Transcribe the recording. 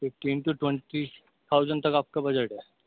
fifteen to twenty thousand تک آپ کا بجٹ ہے